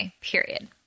period